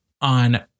on